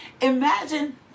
Imagine